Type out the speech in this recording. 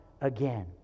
again